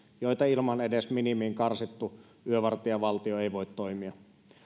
joita ilman edes minimiin karsittu yövartijavaltio ei voi toimia